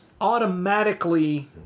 automatically